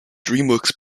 dreamworks